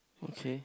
okay